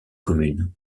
commune